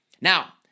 Now